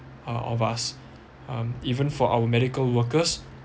uh of us um even for our medical workers